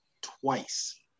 twice